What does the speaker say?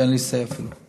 שאין לי say בהן,